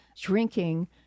drinking